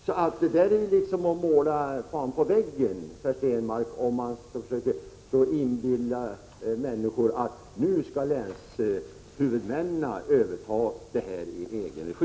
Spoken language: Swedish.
Så det är liksom att måla fan på väggen, Per Stenmarck, om man försöker inbilla människor att länshuvudmännen nu skall överta trafiken i egen regi.